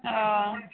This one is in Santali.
ᱚᱻ